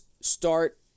start